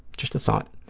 just a thought.